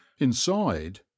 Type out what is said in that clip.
inside